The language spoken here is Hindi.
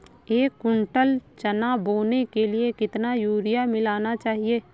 एक कुंटल चना बोने के लिए कितना यूरिया मिलाना चाहिये?